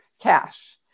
cash